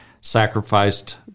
sacrificed